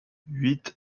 huit